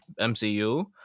MCU